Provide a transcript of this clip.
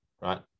Right